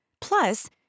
Plus